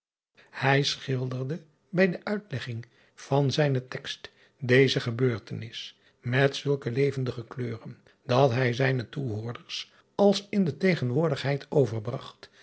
ij schilderde bij de uitlegging van zijnen tekst deze gebeurtenis met zulke levendige kleuren dat hij zijne toehoorders als in de tegenwoordigheid